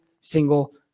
single